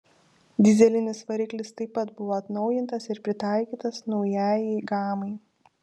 dyzelinis variklis taip pat buvo atnaujintas ir pritaikytas naujajai gamai